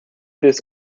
this